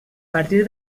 partir